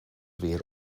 weer